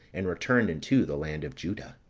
and returned into the land of juda.